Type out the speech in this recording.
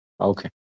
okay